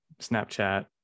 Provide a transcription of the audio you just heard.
Snapchat